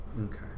Okay